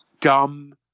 dumb